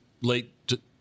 late